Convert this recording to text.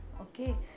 okay